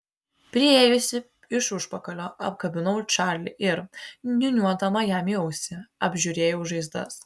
priėjusi iš užpakalio apkabinau čarlį ir niūniuodama jam į ausį apžiūrėjau žaizdas